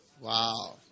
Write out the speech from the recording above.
Wow